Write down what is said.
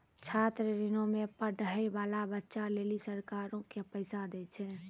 छात्र ऋणो मे पढ़ै बाला बच्चा लेली सरकारें पैसा दै छै